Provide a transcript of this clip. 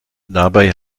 dabei